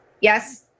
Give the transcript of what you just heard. Yes